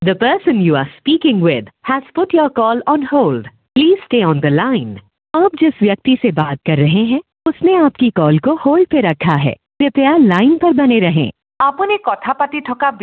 the person you are speaking with has put your call on hold please stay on the line আপ যিচ ব্যেক্তিছে বাত কৰ ৰহে হেঁ উছনে আপকি কলকৌ হ'ল্ড পে ৰক্খা হে কৃপয়া লাইন পৰ বনে ৰহে আপুনি কথা পাতি থকা